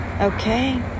okay